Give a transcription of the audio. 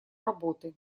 работы